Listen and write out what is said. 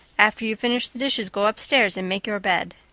after you've finished the dishes go up-stairs and make your bed.